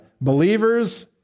Believers